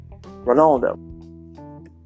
Ronaldo